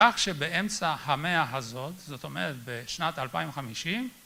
כך שבאמצע המאה הזאת זאת אומרת בשנת אלפיים וחמישים